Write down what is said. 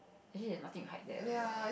actually there nothing to hike there also ah